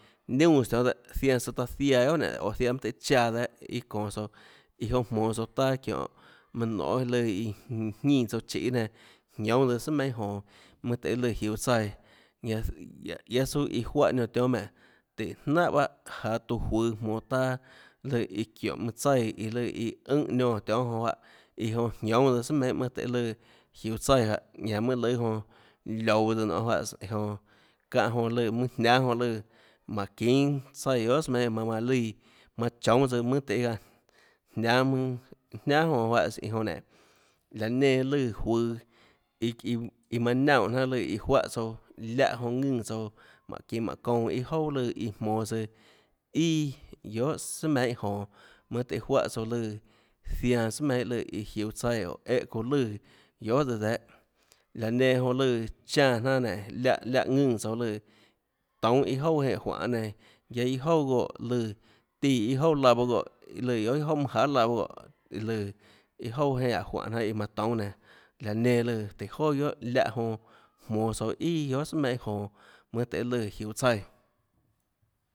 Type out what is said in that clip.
Niunàs tionhâ dehâ zianã søã taã ziaã guiohà nénå oã ziaã mønâ tøhê chaã dehâ iâ çonå tsouã iã jonã jmonå tsouã taâ çiónhå manã nonê lùã iã jínã tsouã chiê nenã jiónâ tsøã sùà meinhâ jonå mønâ tøhê lùã jiuå tsaíã ñanã guiaâ suâ iã juáhã niónã tionhâ ménå tùhå jnánhà bahâ jaå tuã juøå jmonå taâ lùã iã çiónhå jmaønâ tsaíã lùã iã ùnhã niónã tionhâ juáhã iã jonã jiónâ tsøã sùà meinhâ mønâ tøhê lùã jiuå tsaíãdehâ ñanã mønâ lùâ jonã liouå tsøã nonê juáhãs iã jonã çáhã jonã lùã mønâ jniánâ jonã lùã mánhå çínâ tsaíã guiohà søã meinhâ manã manã lùã manã choúâ tsøã mønâ tøhê çaã jniánâ mønâ jniánà jonã juáhãs iã onã nénå laã nenã lùã juøå iå iå iå manã naunè jnanà lùã iã juáhã tsouã liáhã jonã ðùnã tsouã mánå çinå mánhå çounã iâ jouà lùã jmonå tsøã ià guiohà sùà meinhâ jonå mønâ tøhê juáhã tsouã lùã zianã sùà meinhâ lùã iã jiuå tsaíã oå éhã çounã lùã guiohà tsøã dehã laã nenã jonã lùã chánã jnanà nénå láhã láhã ðùnã tsouã lùã toúnâ iâ jouà iâ juanê nenã guiaâ iâ jouà goè lùã tíã iâ jouà laã bahâ goè lùã guiohà iâ jouà manã jahà laã bahâ goè iã lùã iâ jouà jeinhâ laã juanê nenã manã toúnâ nenã laã nenã lùã tùhå joà guiohà láhã jonã jmonå tsouã ià guiohà sùà meinhâ jonå mønâ tøhê lùã jiuå tsaíã